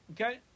Okay